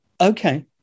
okay